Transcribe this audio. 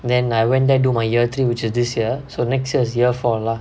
then I went there do my year three which is this year so next year is year four lah